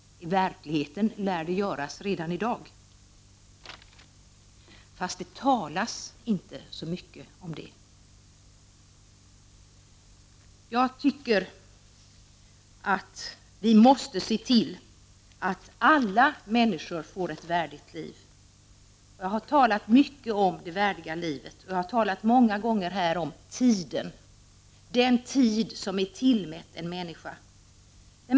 I verkligheten lär det göras redan i dag, fast det inte talas så mycket om det. Vi måste se till att alla människor får ett värdigt liv. Jag har talat mycket om det värdiga livet, jag har många gånger här talat om tiden, den tid som är tillmätt en människa.